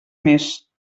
més